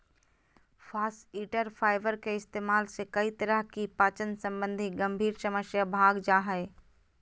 फास्इटर फाइबर के इस्तेमाल से कई तरह की पाचन संबंधी गंभीर समस्या भाग जा हइ